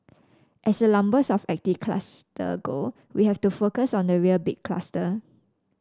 as the numbers of active cluster go we have to focus on the real big cluster